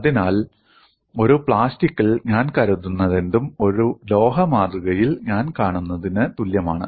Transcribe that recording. അതിനാൽ ഒരു പ്ലാസ്റ്റിക്കിൽ ഞാൻ കാണുന്നതെന്തും ഒരു ലോഹ മാതൃകയിൽ ഞാൻ കാണുന്നതിനു തുല്യമാണ്